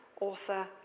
author